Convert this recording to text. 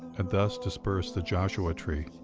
and thus disperse the joshua tree.